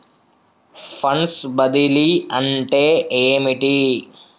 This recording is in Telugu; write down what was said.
ఫండ్స్ బదిలీ అంటే ఏమిటి?